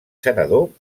senador